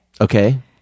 Okay